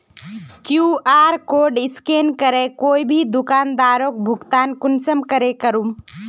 QR code scan करे कोई भी दुकानदारोक भुगतान कुंसम करे करूम?